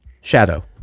shadow